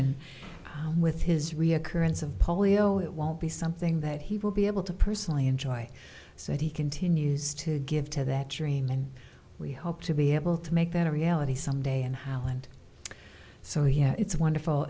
and with his reoccurrence of polio it won't be something that he will be able to personally enjoy so he continues to give to that your team and we hope to be able to make that a reality someday and how and so he it's wonderful